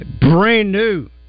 brand-new